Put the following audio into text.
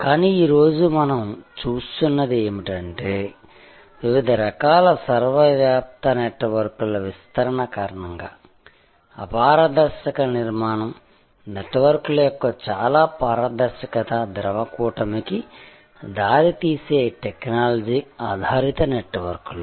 కానీ ఈ రోజు మనం చూస్తున్నది ఏమిటంటే వివిధ రకాల సర్వవ్యాప్త నెట్వర్క్ల విస్తరణ కారణంగా అపారదర్శక నిర్మాణం నెట్వర్క్ల యొక్క చాలా పారదర్శక ద్రవ కూటమికి దారితీసే టెక్నాలజీ ఆధారిత నెట్వర్క్లు